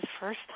first